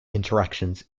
interactions